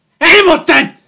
Hamilton